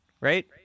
Right